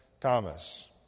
Thomas